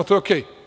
To je okej.